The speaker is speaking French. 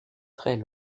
très